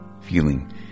feeling